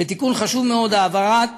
ותיקון חשוב מאוד, העברת